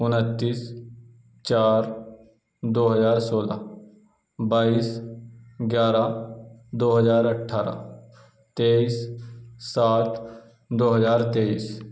انتیس چار دو ہزار سولہ بائیس گیارہ دو ہزار اٹھارہ تیئیس سات دو ہزار تیئیس